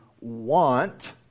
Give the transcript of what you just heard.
want